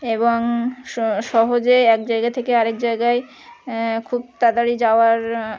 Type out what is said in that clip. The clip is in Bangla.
এবং সহজে এক জায়গা থেকে আরেক জায়গায় খুব তাড়াতাড়ি যাওয়ার